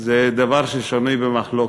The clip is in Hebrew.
זה דבר ששנוי במחלוקת.